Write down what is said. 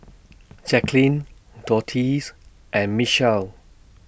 Jacklyn Dorthea's and Michel